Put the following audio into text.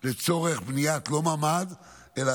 לא לצורך בניית ממ"ד אלא